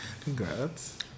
Congrats